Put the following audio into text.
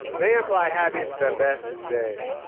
they imply having the best day.